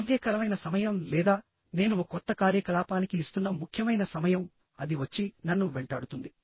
అసహ్యకరమైన సమయం లేదా నేను ఒక కొత్త కార్యకలాపానికి ఇస్తున్న ముఖ్యమైన సమయం అది వచ్చి నన్ను వెంటాడుతుంది